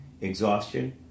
exhaustion